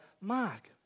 Mark